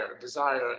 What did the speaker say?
Desire